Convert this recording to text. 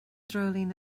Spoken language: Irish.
dreoilín